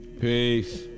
Peace